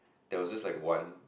there was this like one